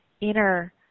inner